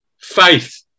faith